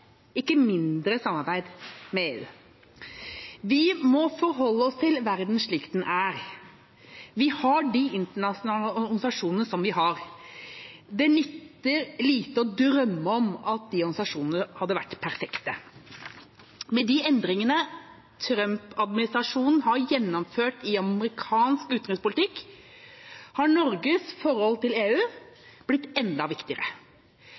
ikke mindre samarbeid med EU. Vi må forholde oss til verden slik den er. Vi har de internasjonale organisasjonene vi har. Det nytter lite å drømme om at de organisasjonene skulle vært perfekte. Med de endringene Trump-administrasjonen har gjennomført i amerikansk utenrikspolitikk, har Norges forhold til EU blitt enda viktigere.